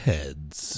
Heads